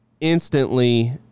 instantly